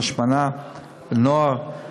השמנה בנוער,